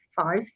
five